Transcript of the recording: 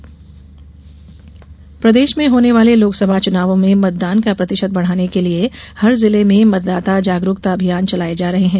मतदाता प्रतिशत प्रदेश में होने वाले लोकसभा चुनावों में मतदान का प्रतिशत बढाने के लिये हर जिले में मतदाता जागरूकता अभियान चलाये जा रहे है